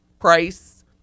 price